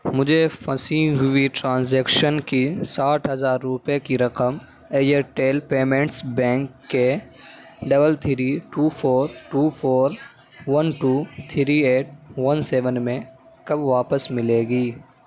مجھے پھسیں ہوئی ٹرانزیکشن کی ساٹھ ہزار روپئے کی رقم ایرٹیل پیمنٹس بینک کے double three two four two four one two three eight one seven میں کب واپس ملے گی